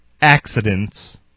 accidents